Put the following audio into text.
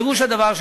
פירוש הדבר,